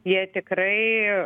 jie tikrai